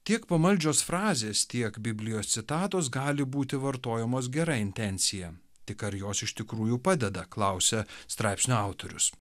tiek pamaldžios frazės tiek biblijos citatos gali būti vartojamos gera intencija tik ar jos iš tikrųjų padeda klausia straipsnio autorius